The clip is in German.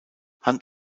hand